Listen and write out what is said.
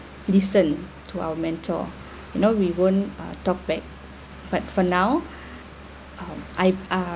listen to our mentor you know we won't uh talk back but for now um I ah